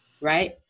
right